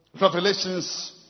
Revelations